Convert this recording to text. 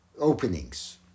openings